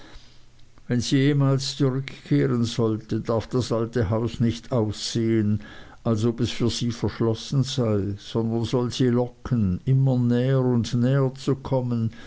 wenn sie jemals zurückkehren sollte darf das alte haus nicht aussehen als ob es für sie verschlossen sei sondern soll sie locken immer näher und näher zu kommen